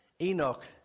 Enoch